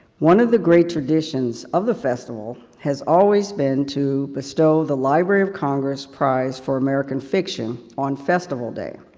one of the great traditions of the festival has always been to bestow the library of congress prize for american fiction, on festival day.